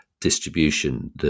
distribution